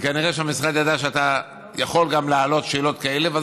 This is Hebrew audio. וכנראה שהמשרד ידע שאתה יכול להעלות גם שאלות כאלה.